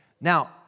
Now